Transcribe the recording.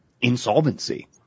insolvency